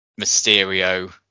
Mysterio